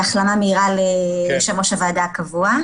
והחלמה מהירה ליושב-ראש הוועדה הקבוע.